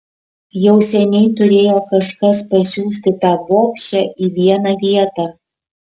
jau seniai turėjo kažkas pasiųsti tą bobšę į vieną vietą